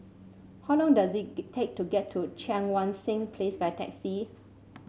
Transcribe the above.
how long does it get take to get to Cheang Wan Seng Place by taxi